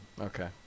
okay